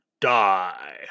Die